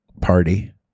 party